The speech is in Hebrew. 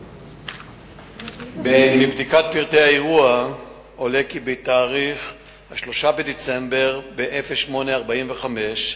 מבדיקת פרטי האירוע עולה כי ב-3 בדצמבר, ב-08:45,